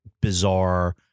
bizarre